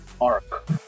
arc